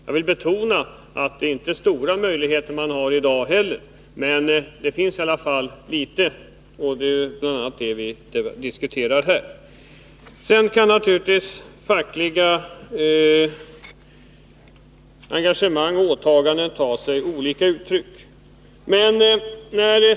Jag vill betona att möjligheterna inte heller i dag är stora, men de finns i alla fall, och det är bl.a. dem vi diskuterar här. Naturligtvis kan fackliga engagemang och åtaganden ta sig olika uttryck.